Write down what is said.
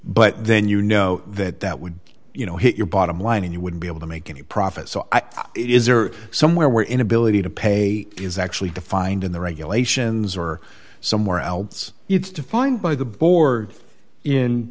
but then you know that that would you know hit your bottom line and you would be able to make any profit it is or somewhere where inability to pay is actually defined in the regulations or somewhere else it's defined by the board in